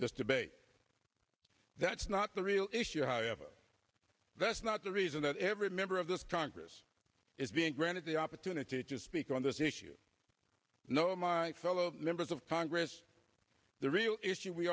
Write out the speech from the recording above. this debate that's not the real issue however that's not the reason that every member of this congress is being granted the opportunity to speak on this issue know my fellow members of congress the real issue we